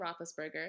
Roethlisberger